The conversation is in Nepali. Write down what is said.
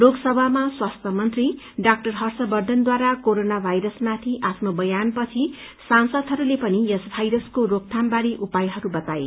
लोकसभामा स्वास्थ्य मन्त्री डा हर्षवर्द्वनद्वारा कोरोना भाइरसमाथि बयान पछि सांसदहरूले पनि यस भाइरसको रोकथाम बारे उपायहरू बताए